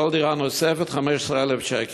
כל דירה נוספת, 15,000 שקל.